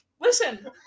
listen